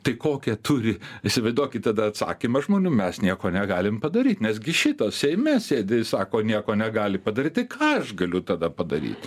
tai kokią turi įsivaizduokit tada atsakymą žmonių mes nieko negalim padaryt nes gi šitas seime sėdi sako nieko negali padaryti ką aš galiu tada padaryti